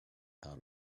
out